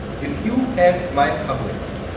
if you have my public key,